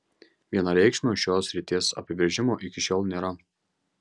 vienareikšmio šios srities apibrėžimo iki šiol nėra